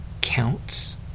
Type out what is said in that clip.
counts